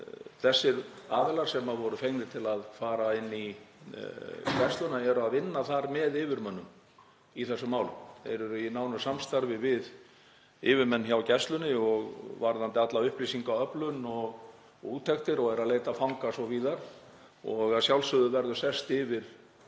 Þessir aðilar sem voru fengnir til að fara inn í gæsluna eru að vinna þar með yfirmönnum í þessum málum. Þeir eru í nánu samstarfi við yfirmenn hjá gæslunni varðandi alla upplýsingaöflun og úttektir og eru að leita fanga svo víðar. Að sjálfsögðu verður síðan sest yfir